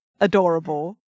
adorable